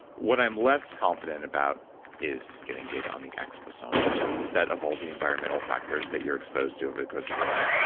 what i'm less confident about is getting data on the exposome, which is the set of all the environmental factors that you're exposed to over the course of your life,